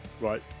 Right